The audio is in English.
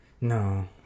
No